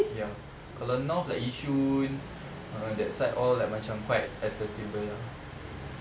ya kalau north like yishun uh that side all like macam quite accessible ah